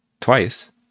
twice